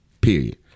period